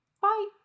Bye